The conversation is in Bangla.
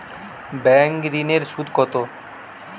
ব্যাঙ্ক ঋন এর সুদ কত?